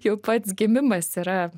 jau pats gimimas yra